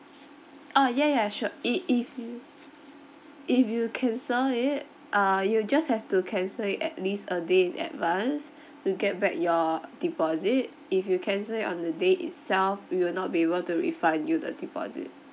orh ya ya sure if if you if you cancel it uh you just have to cancel it at least a day in advance to get back your deposit if you cancel it on the day itself we'll not be able to refund you the deposit